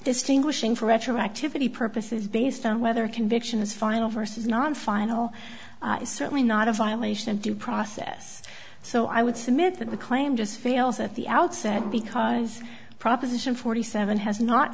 distinguishing for retroactivity purposes based on whether conviction is final versus non final is certainly not a violation of due process so i would submit that the claim just fails at the outset because proposition forty seven has not